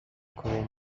کره